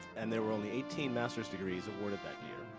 and there were only eighteen master's degrees awarded that year.